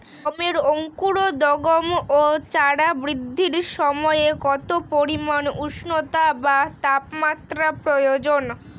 গমের অঙ্কুরোদগম ও চারা বৃদ্ধির সময় কত পরিমান উষ্ণতা বা তাপমাত্রা প্রয়োজন?